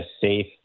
safe